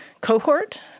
cohort